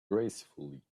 gracefully